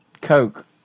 Coke